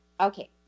Okay